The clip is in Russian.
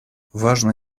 важно